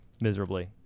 miserably